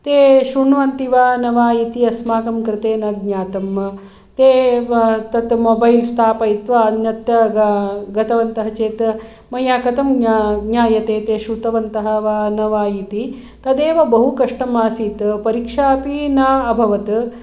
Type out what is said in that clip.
ते शृण्वन्ति वा न वा इति अस्माकं कृते न ज्ञातं ते तत् मोबैल् स्थापयित्वा अन्यत्र गतवन्तः चेत् मया कथं ज्ञायते ते श्रुतवन्तः वा न वा इति तदेव बहुकष्टम् आसीत् परीक्षा अपि न अभवत्